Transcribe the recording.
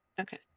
Okay